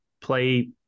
play